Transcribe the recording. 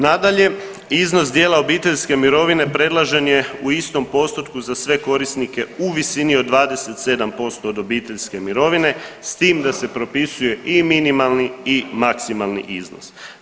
Nadalje, iznos dijela obiteljske mirovine predložen je u istom postotku za sve korisnike u visini od 27% od obiteljske mirovine s tim da se propisuje i minimalni i maksimalni iznos.